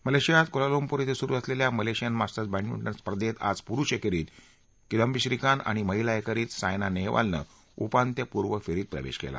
मलेशियात क्वालालंपूर इथं सुरू असलेल्या मलेशियन मास्टर्स बॅडमिंटन स्पर्धेत आज पुरुष एकेरीत किदांबी श्रीकांत आणि महिला एकेरीत सायना नेहवालनं उपांत्यपूर्व फेरीत प्रवेश केला